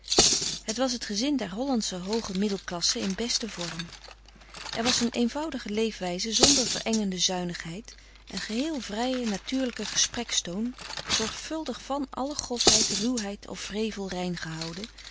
het was het gezin der hollandsche hooge middelklasse in besten vorm er was een eenvoudige leefwijze zonder verengende zuinigheid een geheel vrije natuurlijke gespreks toon zorgvuldig van alle grofheid ruwheid of wrevel rein gehouden